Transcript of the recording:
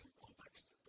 context.